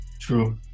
True